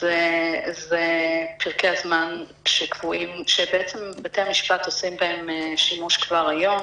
זה פרקי הזמן שבעצם בתי המשפט עושים בהם שימוש כבר היום.